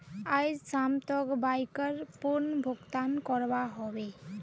आइज शाम तक बाइकर पूर्ण भुक्तान करवा ह बे